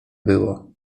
było